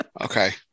Okay